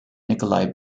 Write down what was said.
nikolay